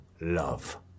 Love